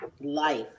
life